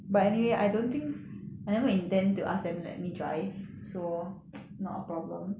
but anyway I don't think I never intend to ask them let me try sure no problem why don't